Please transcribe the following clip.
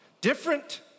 Different